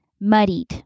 muddied